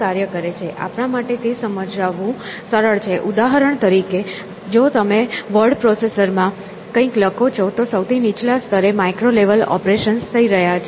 આપણા માટે તે સમજાવવું સરળ છે ઉદાહરણ તરીકે જો તમે વર્ડ પ્રોસેસર માં કંઈક લખો છો તો સૌથી નીચલા સ્તરે માઇક્રો લેવલ ઓપરેશન્સ થઈ રહ્યા છે